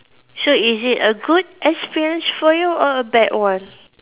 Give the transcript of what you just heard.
so is it a good experience for you or a bad one